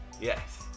Yes